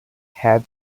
had